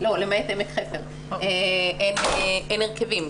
שלמעט עמק חפר, אין הרכבים.